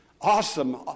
Awesome